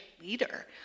leader